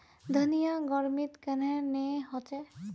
धनिया गर्मित कन्हे ने होचे?